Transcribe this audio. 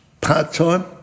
part-time